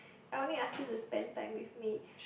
I only ask you to spend time with me